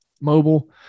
mobile